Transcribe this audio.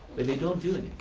but they don't do it.